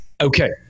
Okay